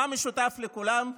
מה משותף לכולם?